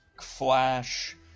flash